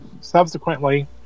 subsequently